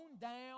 down